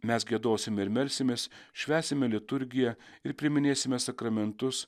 mes giedosim ir melsimės švęsime liturgiją ir priiminėsime sakramentus